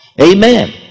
Amen